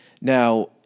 Now